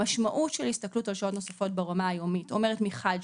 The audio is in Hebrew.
המשמעות של הסתכלות על שעות נוספות ברמה היומית אומרת מחד,